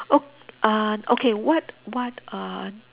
oh uh okay what what uh